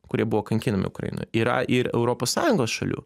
kurie buvo kankinami ukrainoj yra ir europos sąjungos šalių